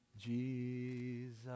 Jesus